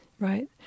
Right